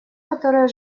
которые